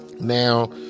Now